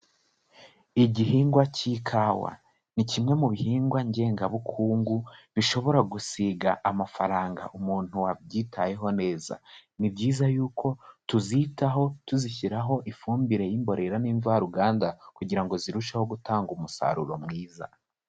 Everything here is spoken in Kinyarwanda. Igihingwa cy'ikawa ni kimwe mu bihingwa ngengabukungu bishobora gusiga amafaranga umuntu wabyitayeho neza, ni byiza yuko tuzitaho tuzishyiraho ifumbire y'imborera n'imvaruganda, kugira ngo zirusheho gutanga umusaruro mwiza.